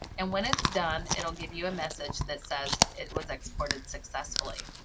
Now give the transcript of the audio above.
and when it's done it will give you a message that says it was exported successfully.